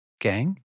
gang